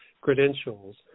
credentials